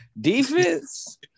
Defense